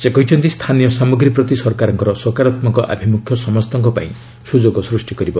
ସେ କହିଛନ୍ତି ସ୍ଥାନୀୟ ସାମଗ୍ରୀ ପ୍ରତି ସରକାରଙ୍କ ସକାରାତ୍ମକ ଅଭିମୁଖ୍ୟ ସମସ୍ତଙ୍କ ପାଇଁ ସୁଯୋଗ ସୃଷ୍ଟି କରିବ